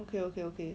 okay okay okay